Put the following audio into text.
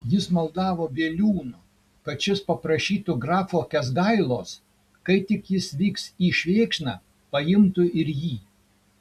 jis maldavo bieliūno kad šis paprašytų grafo kęsgailos kai tik jis vyks į švėkšną paimtų ir jį